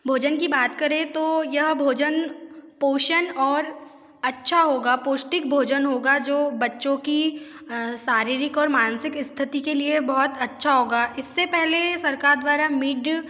भोजन की बात करें तो यह भोजन पोषण और अच्छा होगा पौष्टिक भोजन होगा जो बच्चों की शारीरिक और मानसिक स्थिति के लिए बहुत अच्छा होगा इससे पहले सरकार द्वारा मिड